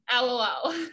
LOL